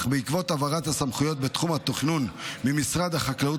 אך בעקבות העברת הסמכויות בתחום התכנון ממשרד החקלאות